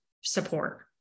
support